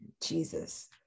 Jesus